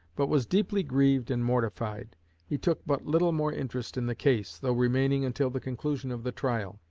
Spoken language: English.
but was deeply grieved and mortified he took but little more interest in the case, though remaining until the conclusion of the trial.